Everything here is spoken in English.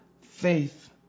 faith